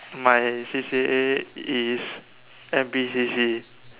my C_C_A is N_P_C_C